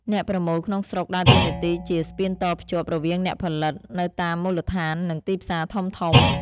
អ្នកប្រមូលក្នុងស្រុកដើរតួនាទីជា ស្ពានតភ្ជាប់ រវាងអ្នកផលិតនៅតាមមូលដ្ឋាន និងទីផ្សារធំៗ។